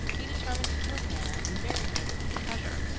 he determined to kill hannah, and bury her with the treasure,